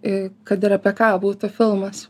i kad ir apie ką būtų filmas